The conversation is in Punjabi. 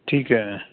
ਠੀਕ ਹੈ